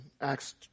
Acts